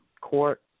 Court